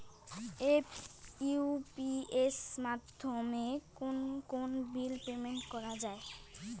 AEPS মাধ্যমে কোন কোন বিল পেমেন্ট করা যায়?